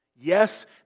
Yes